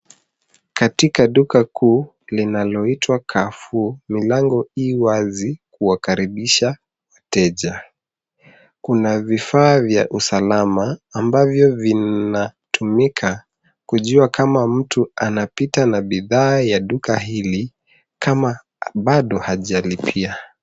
Katika duka kuu linaloitwa Carrefour, milango i wazi kuwakaribisha wateja. Kuna vifaa vya usalama ambavyo vinatumika kujua kama mtu anapita na bidhaa ya duka hili kama bado hajalipia.